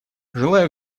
желаю